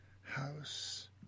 house